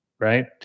Right